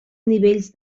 nivells